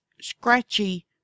scratchy